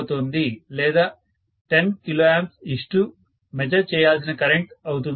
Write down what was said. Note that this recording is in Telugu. లేదా 10kAమెజర్ చేయాల్సిన కరెంటు అవుతుంది